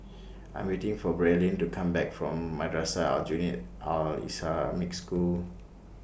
I Am waiting For Braelyn to Come Back from Madrasah Aljunied Al Islamic School